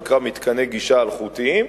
שנקרא "מתקני גישה אלחוטיים".